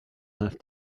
have